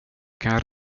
kan